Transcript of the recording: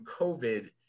covid